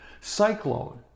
cyclone